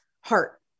heart